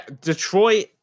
Detroit